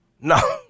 No